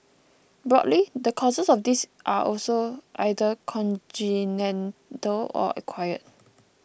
broadly the causes of this are also either congenital or acquired